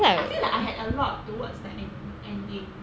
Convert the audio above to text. I feel like I had a lot towards that end ending